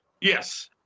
Yes